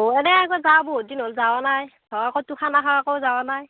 অঁ এনেই আকৌ যোৱা বহুত দিন হ'ল যোৱা নাই ধৰ ক'তো খানা খোৱাকেও যোৱা নাই